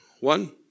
One